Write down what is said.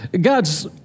God's